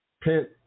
Pent